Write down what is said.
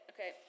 Okay